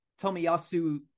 tomiyasu